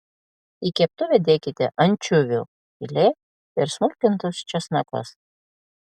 į keptuvę dėkite ančiuvių filė ir smulkintus česnakus